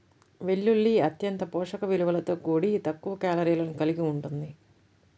వెల్లుల్లి అత్యంత పోషక విలువలతో కూడి తక్కువ కేలరీలను కలిగి ఉంటుంది